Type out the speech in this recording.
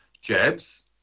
jabs